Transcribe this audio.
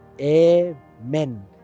Amen